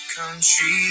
Country